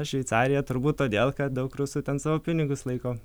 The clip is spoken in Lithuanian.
šveicarija turbūt todėl kad daug rusų ten savo pinigus laiko